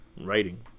writing